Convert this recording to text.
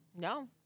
No